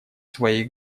своей